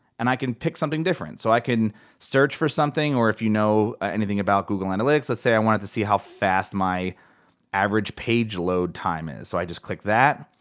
and i can pick something different. so i can search for something, or if you know anything about google analytics, let's say i wanted to see how fast my average page load time is, so i just click that.